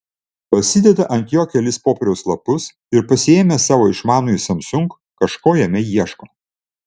pasideda ant jo kelis popieriaus lapus ir pasiėmęs savo išmanųjį samsung kažko jame ieško